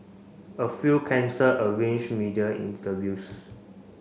a few cancelled arranged media interviews